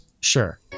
Sure